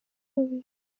dabil